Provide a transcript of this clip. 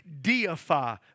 deify